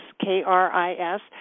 K-R-I-S